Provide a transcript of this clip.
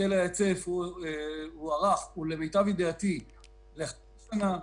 היטל ההיצף הוארך למיטב ידיעתי לחצי שנה.